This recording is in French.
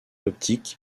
optique